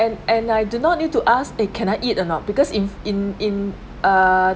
and and I do not need to ask eh can I eat or not because in in in err